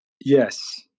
Yes